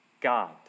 God